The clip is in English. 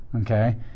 Okay